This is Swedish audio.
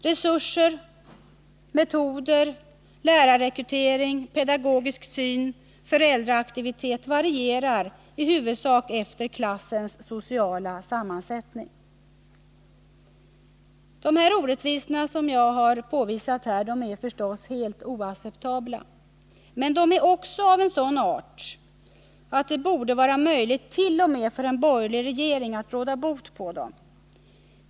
Resurser, metoder, lärarrekrytering, pedagogisk syn, föräldraaktivitet varierar i huvudsak efter klassens sociala sammansättning. De orättvisor som jag har påvisat här är givetvis helt oacceptabla. Men de är också av en sådan art att det borde vara möjligt t.o.m. för en borgerlig regering att råda bot på dem.